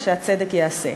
ושהצדק ייעשה.